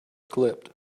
clipped